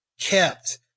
kept